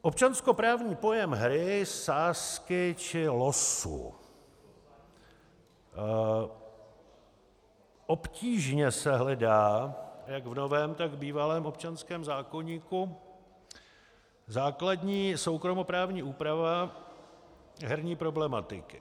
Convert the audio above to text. Občanskoprávní pojem hry, sázky či losu obtížně se hledá jak v novém, tak v bývalém občanském zákoníku základní soukromoprávní úprava herní problematiky.